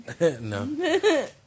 No